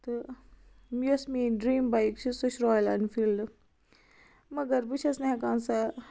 تہٕ یۄس مینۍ ڈریٖم بَیک چھِ سۄ چھِ رایل ایٚنفیلڈٕ مگر بہٕ چھَس نہٕ ہٮ۪کان سۄ